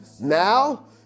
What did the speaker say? now